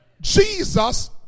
Jesus